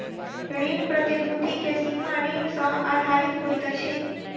ऋण प्रतिभूति के सीमा ऋण सॅ आधारित होइत अछि